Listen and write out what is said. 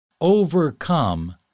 overcome